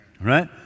right